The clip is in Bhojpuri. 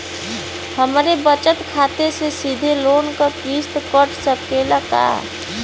हमरे बचत खाते से सीधे लोन क किस्त कट सकेला का?